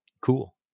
cool